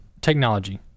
technology